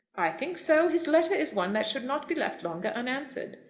i think so. his letter is one that should not be left longer unanswered.